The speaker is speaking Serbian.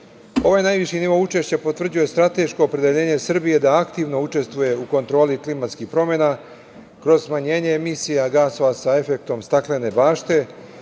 Ovaj najviši nivo učešća potvrđuje strateško opredeljenje Srbije da aktivno učestvuje u kontroli klimatskih promena kroz smanjenje emisija gasova sa efektom staklene bašte.